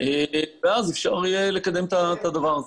ואז אפשר יהיה לקדם את הדבר הזה.